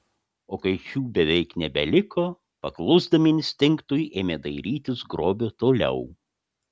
o kai šių beveik nebeliko paklusdami instinktui ėmė dairytis grobio toliau